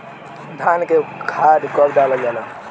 धान में खाद कब डालल जाला?